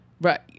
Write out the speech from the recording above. Right